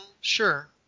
sure